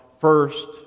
first